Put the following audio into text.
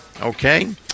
Okay